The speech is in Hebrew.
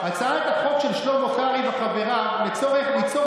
"הצעת החוק של שלמה קרעי וחבריו ליצור